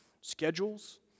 schedules